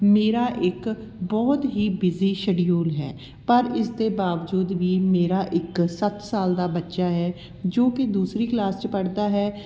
ਮੇਰਾ ਇੱਕ ਬਹੁਤ ਹੀ ਬਿਜ਼ੀ ਸ਼ਡਿਊਲ ਹੈ ਪਰ ਇਸ ਦੇ ਬਾਵਜੂਦ ਵੀ ਮੇਰਾ ਇੱਕ ਸੱਤ ਸਾਲ ਦਾ ਬੱਚਾ ਹੈ ਜੋ ਕਿ ਦੂਸਰੀ ਕਲਾਸ 'ਚ ਪੜ੍ਹਦਾ ਹੈ